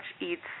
eats